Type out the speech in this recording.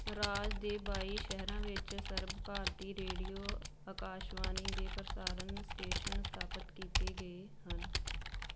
ਰਾਜ ਦੇ ਬਾਈ ਸ਼ਹਿਰਾਂ ਵਿੱਚ ਸਰਭ ਭਾਰਤੀ ਰੇਡੀਓ ਆਕਾਸ਼ਵਾਣੀ ਦੇ ਪ੍ਰਸਾਰਣ ਸਟੇਸ਼ਨ ਸਥਾਪਤ ਕੀਤੇ ਗਏ ਹਨ